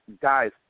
guys